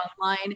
online